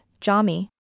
Jami